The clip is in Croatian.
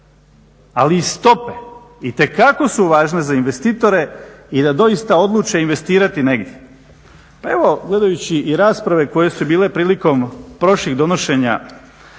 ali i stope itekako su važne za investitore i da doista odluče investirati negdje. Pa evo gledajući i rasprave koje su bile prilikom prošlih donošenja